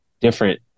different